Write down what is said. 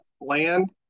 land